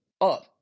up